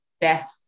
Beth